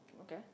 Okay